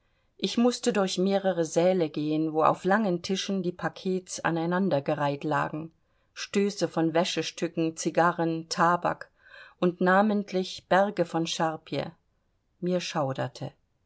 ich mußte durch mehrere säle gehen wo auf langen tischen die pakete an einander gereiht lagen stöße von wäschestücken cigarren tabak und namentlich berge von charpie mir schauderte